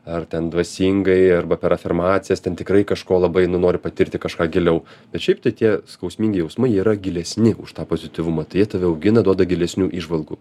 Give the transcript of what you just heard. ar ten dvasingai arba per afirmacijas ten tikrai kažko labai nu nori patirti kažką giliau bet šiaip tai tie skausmingi jausmai jie yra gilesni už tą pozityvumą tai jie tave augina duoda gilesnių įžvalgų